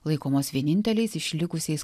laikomos vieninteliais išlikusiais